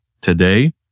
today